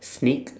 sneak